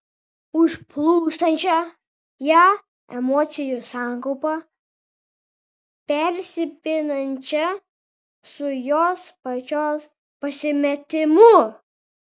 užplūstančią ją emocijų sankaupą persipinančią su jos pačios pasimetimu